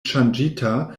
ŝanĝita